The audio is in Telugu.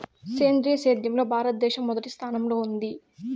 సేంద్రీయ సేద్యంలో భారతదేశం మొదటి స్థానంలో ఉంది